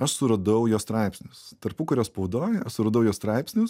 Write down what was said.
aš suradau jo straipsnius tarpukario spaudoj aš suradau jo straipsnius